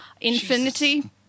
infinity